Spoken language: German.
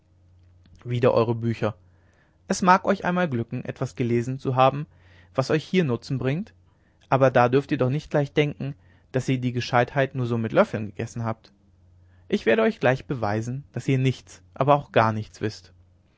wieder eure bücher es mag euch einmal glücken etwas gelesen zu haben was euch hier nutzen bringt aber da dürft ihr doch nicht gleich denken daß ihr die gescheitheit nur so mit löffeln gegessen habt ich werde euch gleich beweisen daß ihr nichts aber auch gar nichts wißt